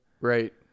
Right